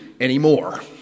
anymore